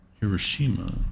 Hiroshima